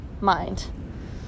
mind